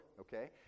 okay